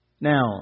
Now